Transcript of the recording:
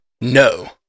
no